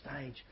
stage